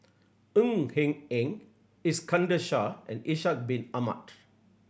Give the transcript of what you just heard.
Ng Hen Eng Iskandar Shah and Ishak Bin Ahmad